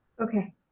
Okay